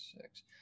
six